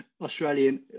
Australian